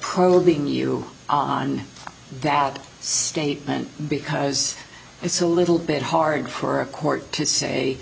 probing you on that statement because it's a little bit hard for a court to say